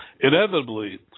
Inevitably